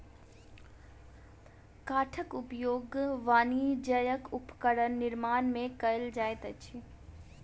काठक उपयोग वाणिज्यक उपकरण निर्माण में कयल जाइत अछि